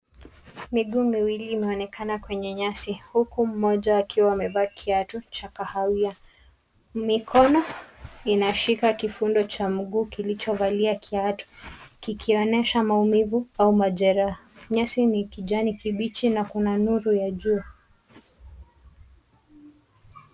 Miguu miwili imeonekana kwenye nyasi huku mmoja akiwa amevaa kiatu cha kahawia. Mikono inashika kifundo cha mguu kilicho valia kiatu kikionyesha maumivu au majeraha. Nyasi ni kijani kibichi na kuna nuru ya jua.